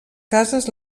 cases